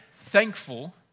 thankful